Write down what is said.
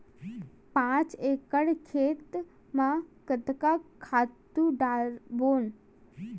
पांच एकड़ खेत म कतका खातु डारबोन?